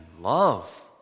love